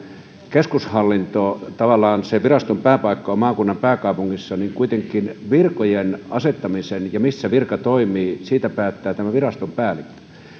keskushallinto tavallaan sen viraston pääpaikka on maakunnan pääkaupungissa niin kuitenkin virkojen asettamisesta ja siitä missä virka toimii päättää tämän viraston päällikkö